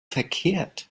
verkehrt